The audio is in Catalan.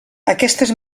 aquestes